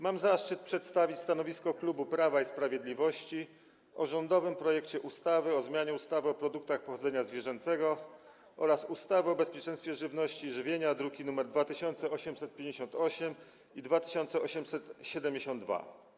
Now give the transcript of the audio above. Mam zaszczyt przedstawić stanowisko klubu Prawa i Sprawiedliwości w sprawie rządowego projektu ustawy o zmianie ustawy o produktach pochodzenia zwierzęcego oraz ustawy o bezpieczeństwie żywności i żywienia, druki nr 2858 i 2872.